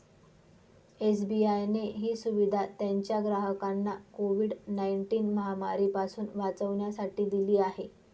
SBI ने ही सुविधा त्याच्या ग्राहकांना कोविड नाईनटिन महामारी पासून वाचण्यासाठी दिली आहे